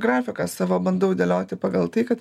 grafiką savo bandau dėlioti pagal tai kad